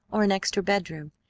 or an extra bedroom,